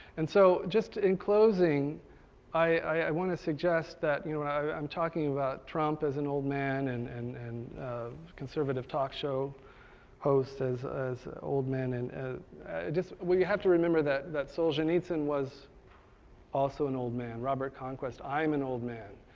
and so, just in closing i wanna suggest that you know i'm talking about drumpf as an old man, and and and conservative talk show hosts as as old men, and ah well you have to remember that that solzhenitsyn was also an old man, robert conquest, i'm an old man,